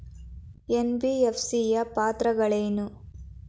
NBFC ಯ ಪಾತ್ರಗಳೇನು?